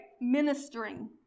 ministering